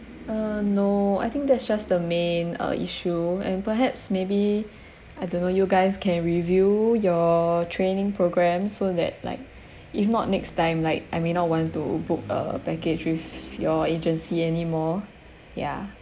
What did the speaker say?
uh no I think that's just the main uh issue and perhaps maybe I don't know you guys can review your training programmes so that like if not next time like I may not want to book a package with your agency anymore ya